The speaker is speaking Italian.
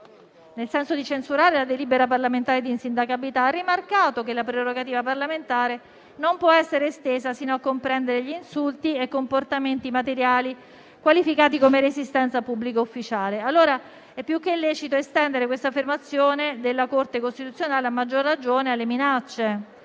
nel senso di censurare la delibera parlamentare di insindacabilità, ha rimarcato che la prerogativa parlamentare non può essere estesa fino a comprendere insulti e comportamenti materiali qualificati come resistenza a pubblico ufficiale. Allora, è più che lecito estendere questa affermazione della Corte costituzionale a maggior ragione alle minacce.